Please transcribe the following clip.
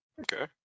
Okay